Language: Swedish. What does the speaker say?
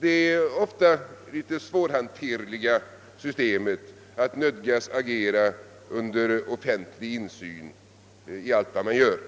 det ofta litet svårhanterliga systemet att nödgas agera under offentlig insyn i allt vad man gör.